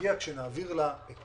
יגיע כשנעביר לה את